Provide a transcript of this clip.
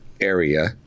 Area